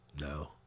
no